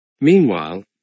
Meanwhile